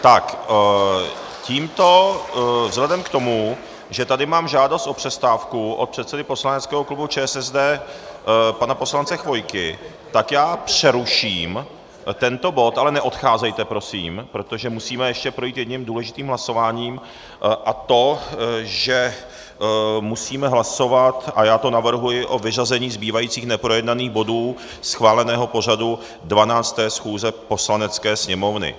Tak tímto vzhledem k tomu, že tady mám žádost o přestávku od předsedy poslaneckého klubu ČSSD pana poslance Chvojky, přeruším tento bod, ale neodcházejte prosím, protože musíme projít ještě jedním důležitým hlasováním, a to že musíme hlasovat, a já to navrhuji, o vyřazení zbývajících neprojednaných bodů schváleného pořadu 12. schůze Poslanecké sněmovny.